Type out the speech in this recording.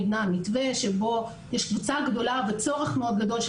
נבנה מתווה שבו יש קבוצה גדולה וצורך מאוד גדול של